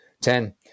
ten